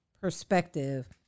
perspective